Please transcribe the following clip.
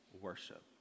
worship